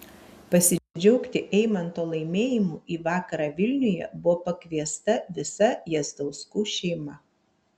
pasidžiaugti eimanto laimėjimu į vakarą vilniuje buvo pakviesta visa jazdauskų šeima